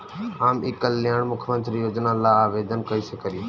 हम ई कल्याण मुख्य्मंत्री योजना ला आवेदन कईसे करी?